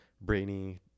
brainy